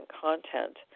content